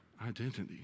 identity